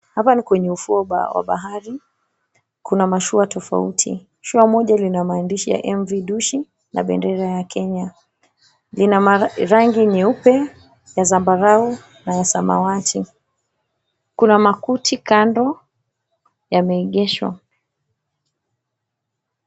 Hapa ni kwenye ufuo wa bahari, kuna mashua tofauti. Shua moja lina maandishi ya MV Dushi na bendera ya Kenya. Lina marangi nyeupe ya zambarau na ya samawati. Kuna makuti kando yameegeshwa.